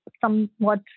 somewhat